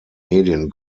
medien